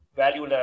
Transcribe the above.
value